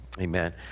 Amen